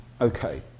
Okay